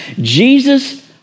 Jesus